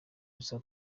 gusa